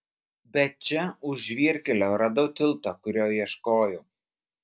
bet čia už žvyrkelio radau tiltą kurio ieškojau